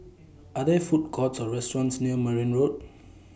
Are There Food Courts Or restaurants near Merryn Road